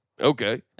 Okay